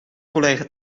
collega